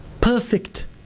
perfect